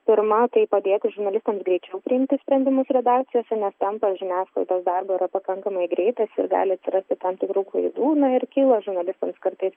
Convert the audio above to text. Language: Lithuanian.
pirma tai padėti žurnalistams greičiau priimti sprendimus redakcijose nes tempas žiniasklaidos darbo yra pakankamai greitas ir gali atsirasti tam tikrų klaidų na ir kyla žurnalistams kartais